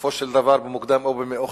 ובסופו של דבר, במוקדם או במאוחר,